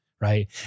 right